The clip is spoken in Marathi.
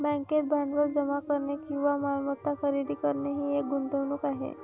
बँकेत भांडवल जमा करणे किंवा मालमत्ता खरेदी करणे ही एक गुंतवणूक आहे